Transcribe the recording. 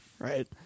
right